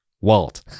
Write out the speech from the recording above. Walt